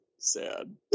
sad